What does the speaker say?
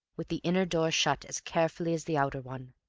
with the inner door shut as carefully as the outer one.